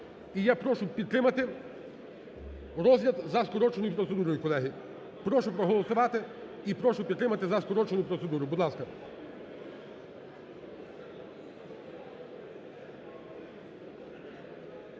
І я прошу підтримати розгляд за скороченою процедурою, колеги. Прошу проголосувати і прошу підтримати за скорочену процедуру. Будь ласка.